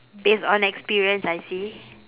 based on experience I see